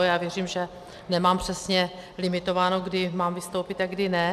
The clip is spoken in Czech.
Já věřím, že nemám přesně limitováno, kdy mám vystoupit a kdy ne.